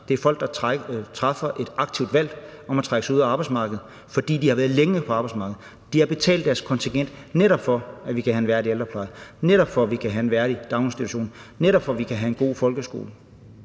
Det er folk, der træffer et aktivt valg om at trække sig ud af arbejdsmarkedet, fordi de har været længe på arbejdsmarkedet. De har betalt deres kontingent, netop for at vi kan have en værdig ældrepleje, netop for at vi kan have nogle værdige daginstitutioner, og netop for at vi kan have en god folkeskole.